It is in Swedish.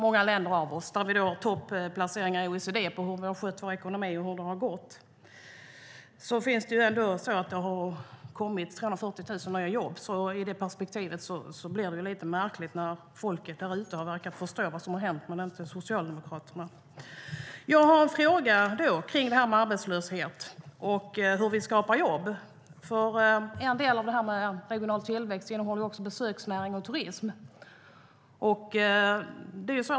Då ser vi att vi har en topplacering på OECD:s lista när det gäller hur vi skött vår ekonomi. Det har trots allt tillkommit 340 000 nya jobb, och i det perspektivet blir det som sägs lite märkligt. Folket ute i samhället verkar ha förstått vad som hänt men inte Socialdemokraterna.Jag har en fråga om arbetslöshet och hur vi skapar jobb. En del av den regionala tillväxten omfattar besöksnäring och turism.